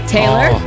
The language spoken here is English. Taylor